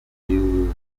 years